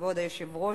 כבוד היושב-ראש,